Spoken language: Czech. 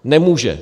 Nemůže.